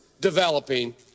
developing